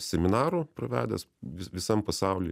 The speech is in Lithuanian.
seminarų pravedęs vis visam pasauly